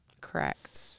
Correct